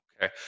Okay